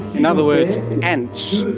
in other words ants,